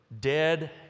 dead